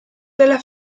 della